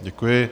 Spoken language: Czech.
Děkuji.